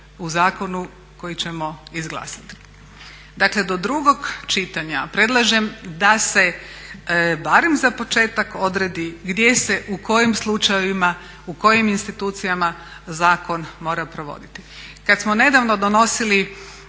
u zakonu koji ćemo izglasati. Dakle, do drugog čitanja predlažem da se barem za početak odredi gdje se, u kojim slučajevima, u kojim institucijama zakon mora provoditi. Kad smo nedavno donosili